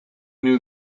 knew